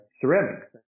ceramics